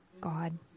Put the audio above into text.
God